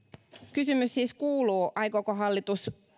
kysymys siis kuuluu aikooko hallitus